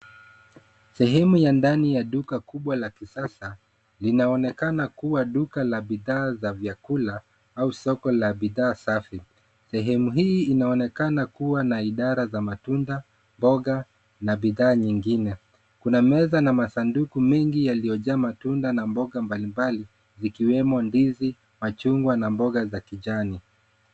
Sehemu ya ndani ya duka kubwa la kisasa, linaonekana kuwa duka la bidhaa za vyakula au soko la bidhaa safi. Sehemu hii inaonekana kuwa na idara za matunda mboga na bidhaa nyingine. Kuna meza na masanduku mengi yaliyojaa matunda na mboga mbalimbali, ikiwemo ndizi, machungwa na mboga za kijani.